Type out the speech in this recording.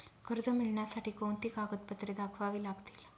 कर्ज मिळण्यासाठी कोणती कागदपत्रे दाखवावी लागतील?